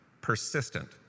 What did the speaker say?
persistent